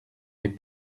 les